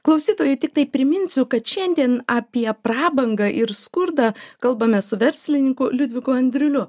klausytojai tiktai priminsiu kad šiandien apie prabangą ir skurdą kalbame su verslininku liudviku andriuliu